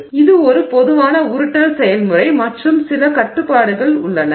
எனவே இது ஒரு பொதுவான உருட்டல் செயல்முறை மற்றும் சில கட்டுப்பாடுகள் உள்ளன